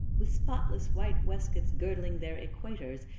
with spotless white waistcoats girdling their equators,